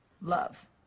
Love